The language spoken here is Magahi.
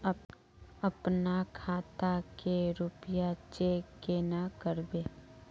अपना खाता के रुपया चेक केना करबे?